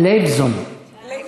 לייבזון.